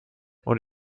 und